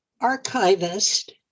archivist